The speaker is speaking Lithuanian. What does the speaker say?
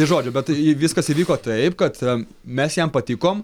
tai žodžiu bet viskas įvyko taip kad mes jam patikom